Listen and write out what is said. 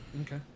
Okay